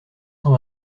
cent